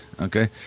Okay